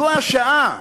זו השעה.